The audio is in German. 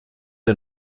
der